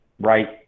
Right